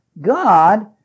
God